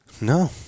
No